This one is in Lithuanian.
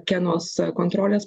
kenos kontrolės